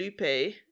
Lupe